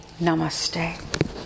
Namaste